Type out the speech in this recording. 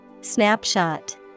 Snapshot